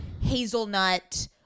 hazelnut –